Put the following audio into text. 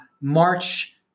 March